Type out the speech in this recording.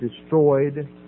destroyed